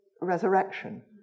resurrection